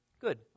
Good